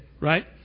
right